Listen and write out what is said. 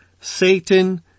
Satan